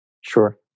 Sure